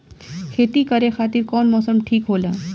खेती करे खातिर कौन मौसम ठीक होला?